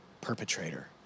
perpetrator